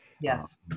Yes